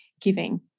giving